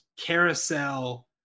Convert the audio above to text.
carousel